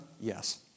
Yes